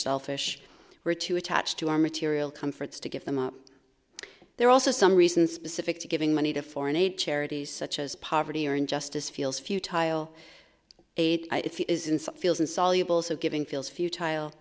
selfish we're too attached to our material comforts to give them up there are also some reason specific to giving money to foreign aid charities such as poverty or injustice feels few tile aid is in some fields insoluble so giving feels few tile